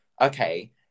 okay